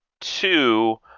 two